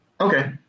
Okay